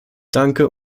danke